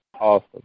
Awesome